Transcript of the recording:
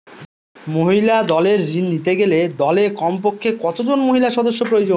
মহিলা দলের ঋণ নিতে গেলে দলে কমপক্ষে কত জন মহিলা সদস্য প্রয়োজন?